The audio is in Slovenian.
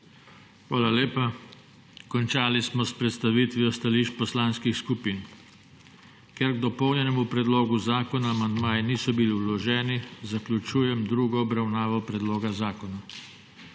Hvala lepa. Končali smo s predstavitvijo stališč poslanskih skupin. Ker k dopolnjenemu predlogu zakona amandmaji niso bili vloženi, zaključujem drugo obravnavo predloga zakona.